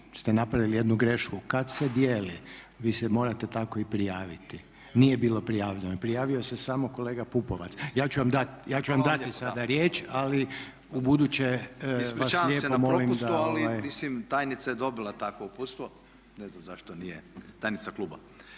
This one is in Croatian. ste napravili jednu grešku, kad se dijeli vi se morate tako i prijaviti. Nije bilo prijavljeno. Prijavio se samo kolega Pupovac. Ja ću vam dati sada riječ ali ubuduće vas lijepo molim. **Čačić, Radimir (Reformisti)** Ispričavam se na propustu, ali tajnica je dobila takvo uputstvo, ne znam zašto nije tajnica kluba.